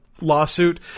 lawsuit